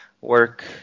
work